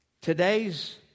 Today's